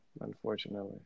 Unfortunately